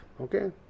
Okay